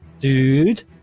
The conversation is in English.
dude